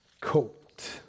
coat